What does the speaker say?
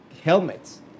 helmets